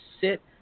sit